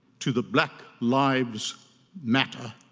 to the black lives matter